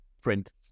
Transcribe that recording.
print